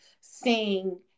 seeing